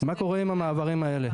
מה קורה עם המעברים האלה?